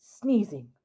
sneezing